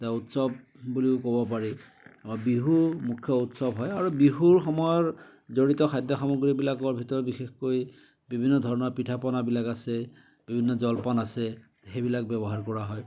উৎসৱ বুলিও ক'ব পাৰি বিহু মুখ্য় উৎসৱ হয় আৰু বিহুৰ সময়ৰ জড়িত খাদ্য় সামগ্ৰীবিলাকৰ ভিতৰত বিশেষকৈ বিভিন্ন ধৰণৰ পিঠা পনাবিলাক আছে বিভিন্ন জলপান আছে সেইবিলাক ব্য়ৱহাৰ কৰা হয়